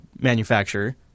manufacturer